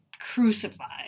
crucified